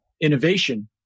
innovation